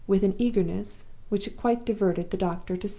with an eagerness which it quite diverted the doctor to see.